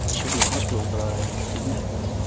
should be in hospital but i didn't have the